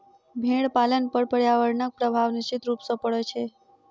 भेंड़ पालन पर पर्यावरणक प्रभाव निश्चित रूप सॅ पड़ैत छै